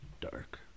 dark